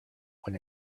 when